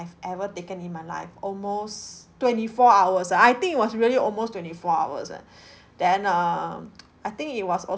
I've ever taken in my life almost twenty four hours I think it was really almost twenty four hours eh then err I think it was